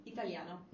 Italiano